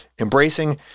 Embracing